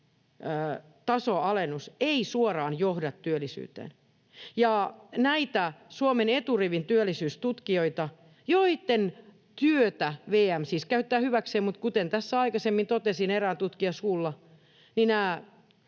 tason alennus ei suoraan johda työllisyyteen. Näitten Suomen eturivin työllisyystutkijoitten työtä VM siis käyttää hyväkseen. Mutta kuten tässä aikaisemmin totesin erään tutkijan suulla, nämä